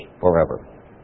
forever